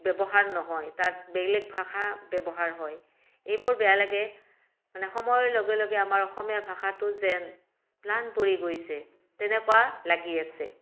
ব্যৱহাৰ নহয় তাত বেলেগ ভাষা ব্যৱহাৰ হয় এইবোৰ বেয়া লাগে মানে সময়ৰ লগে লগে আমাৰ অসমীয়া ভাষাটো যেন ম্লান পৰি গৈছে তেনেকুৱা লাগি আছে